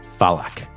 Falak